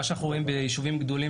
אנחנו רואים שביישובים גדולים,